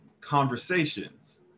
conversations